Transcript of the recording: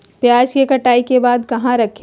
प्याज के कटाई के बाद कहा रखें?